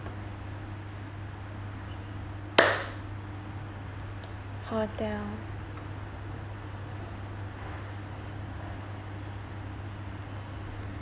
hotel